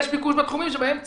יש ביקוש בתחומים שבהם צריך,